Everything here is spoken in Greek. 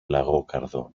λαγόκαρδο